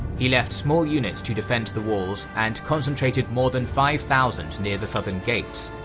he left small units to defend the walls and concentrated more than five thousand near the southern gates.